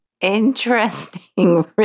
Interesting